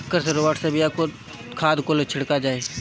कृषि रोबोट से बिया, खाद कुल छिड़का जाई